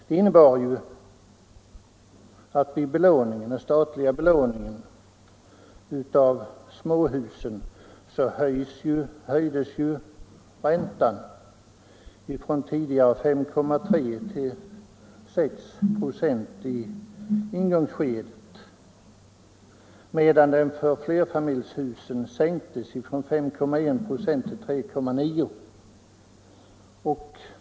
Det innebär ju att räntan vid den statliga belåningen av småhus höjs från tidigare 5,396 till 696 i ingångsskedet, medan den för flerfamiljshusen sänks från 5,1 96 till 3,9 926.